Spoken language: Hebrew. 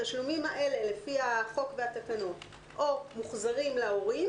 התשלומים האלה לפי החוק והתקנות או מוחזרים להורים